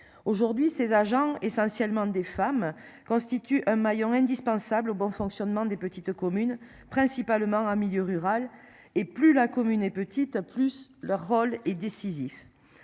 Aujourd'hui ses agents essentiellement des femmes constituent un maillon indispensable au bon fonctionnement des petites communes principalement en milieu rural et plus la commune est petite, plus leur rôle est décisif.